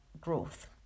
growth